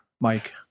Mike